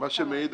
מכיר את